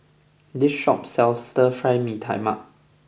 this shop sells Stir Fry Mee Tai Mak